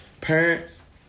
Parents